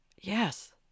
yes